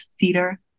theater